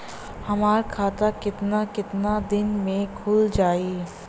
हमर खाता कितना केतना दिन में खुल जाई?